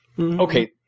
Okay